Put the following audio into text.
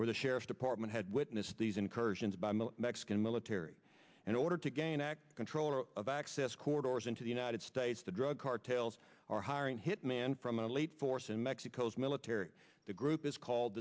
where the sheriff's department had witnessed these incursions by mexican military and in order to gain ak control of access corridors into the united states the drug cartels are hiring a hitman from an elite force in mexico's military the group is called